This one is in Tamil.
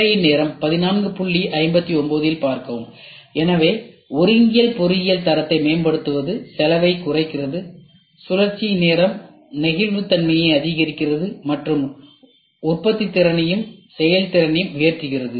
திரையின் நேரம் 1459 இல் பார்க்கவும் எனவே ஒருங்கியல் பொறியியல் தரத்தை மேம்படுத்துகிறது செலவை குறைக்கிறது சுழற்சியின் நேரம் நெகிழ்வுத்தன்மையை அதிகரிக்கிறது மற்றும் உற்பத்தித்திறனையும் செயல்திறனையும் உயர்த்துகிறது